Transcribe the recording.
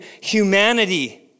humanity